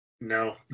no